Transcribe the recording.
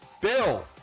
Bill